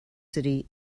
city